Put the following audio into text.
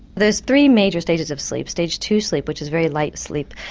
there are three major stages of sleep, stage two sleep, which is very light sleep,